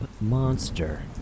Monster